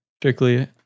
strictly